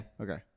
okay